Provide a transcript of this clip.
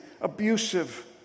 abusive